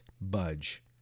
budge